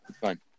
Fine